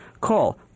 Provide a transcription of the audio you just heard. Call